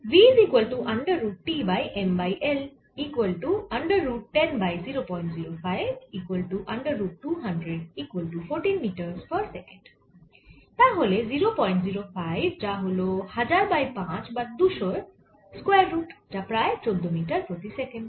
তাহলে এখানে 005 যা হল 1000 বাই 5 বা 200 এর স্কয়ার রুট যা প্রায় 14 মিটার প্রতি সেকেন্ড